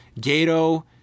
Gato